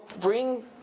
bring